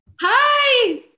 Hi